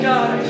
God